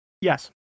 yes